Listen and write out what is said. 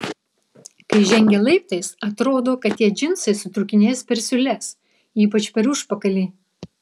kai žengia laiptais atrodo kad tie džinsai sutrūkinės per siūles ypač per užpakalį